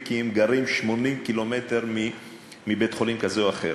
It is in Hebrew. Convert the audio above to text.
כי הם גרים 80 קילומטר מבית-חולים כזה או אחר.